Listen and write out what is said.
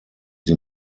sie